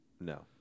No